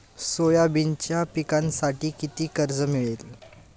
सोयाबीनच्या पिकांसाठी किती कर्ज मिळेल?